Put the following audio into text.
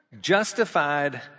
justified